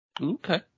Okay